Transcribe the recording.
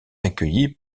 accueillis